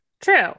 true